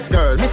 Girl